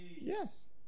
yes